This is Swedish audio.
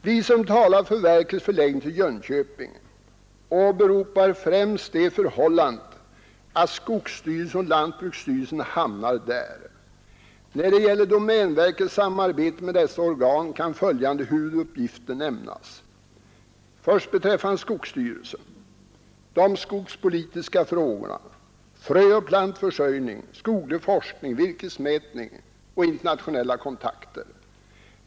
Vi som talar för verkets förläggning till Jönköping åberopar främst det förhållandet att skogsstyrelsen och lantbruksstyrelsen hamnar där. När det gäller domänverkets samarbete med dessa organ kan följande huvuduppgifter nämnas. För skogsstyrelsen: skogspolitiska frågor, fröoch plantförsörjning, skoglig forskning, virkesmätning och internationella kontakter.